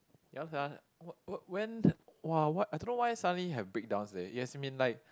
ya sia what what when the !wah! what I don't know why suddenly have breakdowns leh it has been like